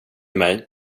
mig